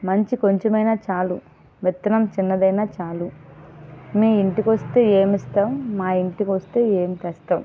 మంచి కొంచమైన చాలు విత్తనం చిన్నదైన చాలు మీ ఇంటికి వస్తే ఏమిస్తావు మా ఇంటికి వస్తే ఏమి తెస్తావు